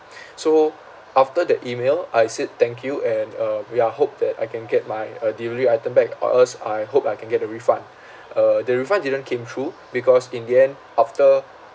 so after the email I said thank you and uh we I hope that I can get my uh delivery item back or else I hope I can get a refund uh the refund didn't came through because in the end after